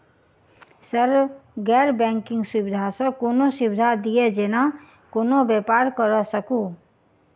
Sir गैर banking सुविधा सँ कोनों सुविधा दिए जेना कोनो व्यापार करऽ सकु?